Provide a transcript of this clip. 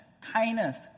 kindness